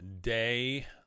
day